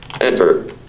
enter